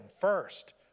first